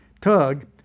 Tug